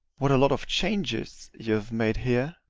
what a lot of changes you have made here!